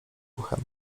uchem